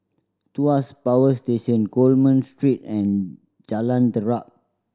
Tuas Power Station Coleman Street and Jalan Terap